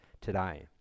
today